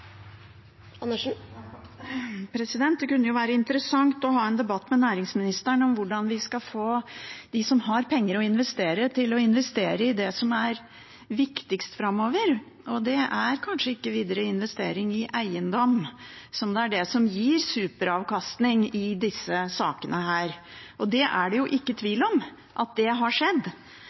Det kunne jo være interessant å ha en debatt med næringsministeren om hvordan vi skal få dem som har penger å investere, til å investere i det som er viktigst framover. Det er kanskje ikke videre investering i eiendom, som er det som gir superavkastning i disse sakene. Det er jo ikke tvil om at det har skjedd.